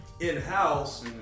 in-house